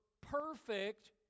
perfect